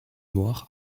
noir